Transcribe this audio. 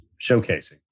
showcasing